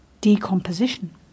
decomposition